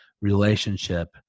relationship